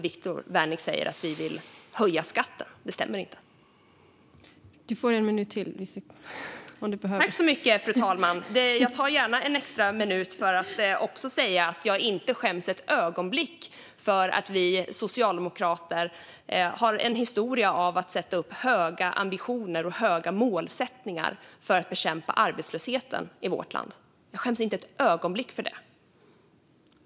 Viktor Wärnick säger att vi vill höja skatten. Det är lögn; det stämmer inte. Fru talman! Jag skäms inte ett ögonblick för att vi socialdemokrater har en historia av att ha höga ambitioner och höga målsättningar för att bekämpa arbetslösheten i vårt land. Jag skäms inte ett ögonblick för det.